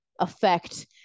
affect